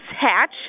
hatch